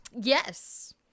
Yes